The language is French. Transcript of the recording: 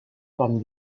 parmi